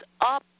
up